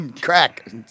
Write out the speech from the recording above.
Crack